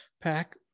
pack